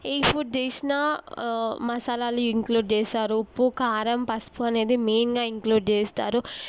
ఏ food చేసిన మసాలాలు include చేస్తారు ఉప్పు కారం పసుపు అనేది మెయిన్గ ఇంక్లూడ్ చేస్తారు